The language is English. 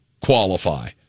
qualify